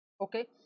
okay